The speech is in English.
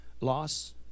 loss